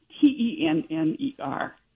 T-E-N-N-E-R